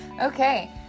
Okay